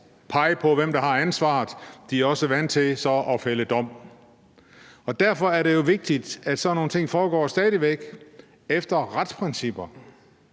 pege på, hvem der har ansvaret; de er også vant til at fælde dom. Derfor er det jo vigtigt, at sådan nogle ting stadig væk foregår efter retsprincipper,